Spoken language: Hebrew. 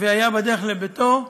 והיה בדרך לביתו,